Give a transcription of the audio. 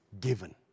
given